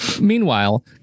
Meanwhile